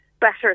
better